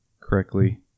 correctly